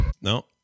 No